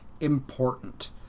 important